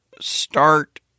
start